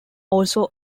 also